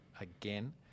again